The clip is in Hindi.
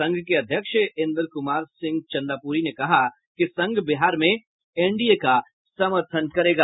संघ के अध्यक्ष इंद्र कुमार सिंह चंदापुरी ने कहा कि संघ बिहार में एनडीए का समर्थन करेगा